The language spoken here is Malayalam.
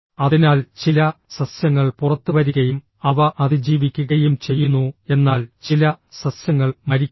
അതിനാൽ ചില സസ്യങ്ങൾ പുറത്തുവരികയും അവ അതിജീവിക്കുകയും ചെയ്യുന്നു എന്നാൽ ചില സസ്യങ്ങൾ മരിക്കുന്നു